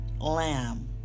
lamb